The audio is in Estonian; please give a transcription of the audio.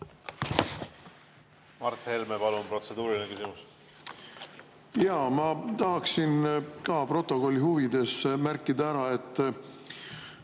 Mart Helme, palun, protseduuriline küsimus! Jaa, ma tahaksin ka protokolli huvides ära märkida, et